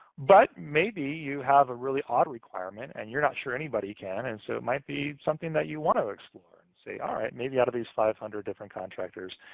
but maybe, you have a really odd requirement, and you're not sure anybody can, and so it might be something that you want to explore. and say, all right, maybe out of these five hundred different contractors,